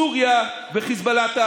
סוריה וחיזבאללה.